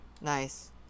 nice